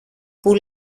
που